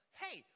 hey